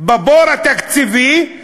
בבור התקציבי,